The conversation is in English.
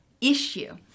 issue